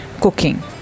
cooking